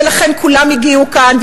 ולכן כולם הגיעו לכאן,